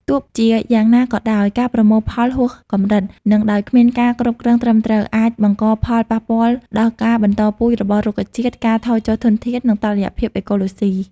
ទោះជាយ៉ាងណាក៏ដោយ ការប្រមូលផលហួសកម្រិត និងដោយគ្មានការគ្រប់គ្រងត្រឹមត្រូវ អាចបង្កផលប៉ះពាល់ដល់ការបន្តពូជរបស់រុក្ខជាតិ ការថយចុះធនធាន និងតុល្យភាពអេកូឡូស៊ី។